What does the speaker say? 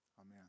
Amen